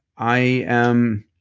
i am.